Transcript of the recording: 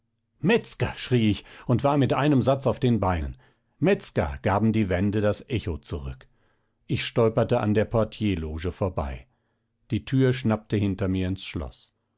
metzger schrie ich und war mit einem satz auf den beinen metzger gaben die wände das echo zurück ich stolperte an der portierloge vorbei die tür schnappte hinter mir ins schloß